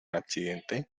accidente